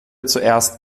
zuerst